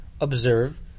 observe